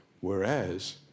Whereas